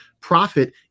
profit